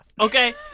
Okay